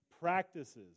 practices